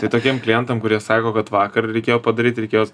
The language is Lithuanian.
tai tokiem klientam kurie sako kad vakar reikėjo padaryti reikėjo